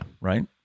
Right